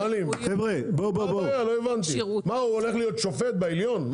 --- לא הבנתי, הוא הולך להיות שופט בעליון?